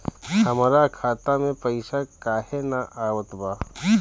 हमरा खाता में पइसा काहे ना आवत बा?